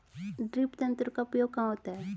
Drip तंत्र का उपयोग कहाँ होता है?